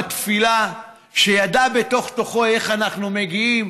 שידע בתוך-תוכו איך אנחנו מגיעים,